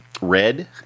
red